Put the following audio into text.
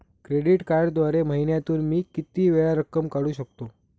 Credit कार्डद्वारे महिन्यातून मी किती वेळा रक्कम काढू शकतो?